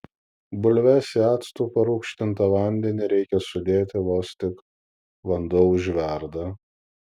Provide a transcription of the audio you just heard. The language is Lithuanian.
bulves į actu parūgštintą vandenį reikia sudėti vos tik vanduo užverda